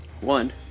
One